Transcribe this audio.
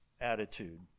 attitude